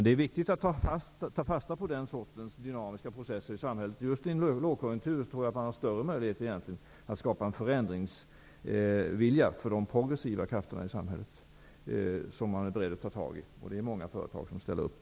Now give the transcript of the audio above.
Det är viktigt att ta fasta på dynamiska processer av det här slaget i samhället. Just i en lågkonjunktur har man, tror jag, större möjligheter att skapa en vilja till förändring till förmån för de progressiva krafterna i samhället, och det är många företag som ställer upp.